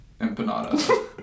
empanada